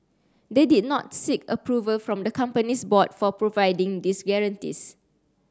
they did not seek approval from the company's board for providing these guarantees